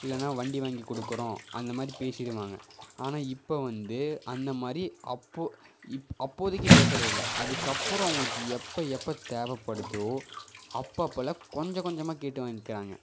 இல்லைன்னா வண்டி வாங்கி கொடுக்கறோம் அந்த மாதிரி பேசிடுவாங்க ஆனால் இப்போ வந்து அந்த மாதிரி அப்போது இப் அப்போதைக்கு பேசுகிறதில்ல அதுக்கப்புறம் அவர்களுக்கு எப்போ எப்போ தேவைப்படுதோ அப்போ அப்பெல்லாம் கொஞ்சம் கொஞ்சமாக கேட்டு வாங்கிறாங்க